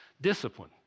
discipline